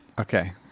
okay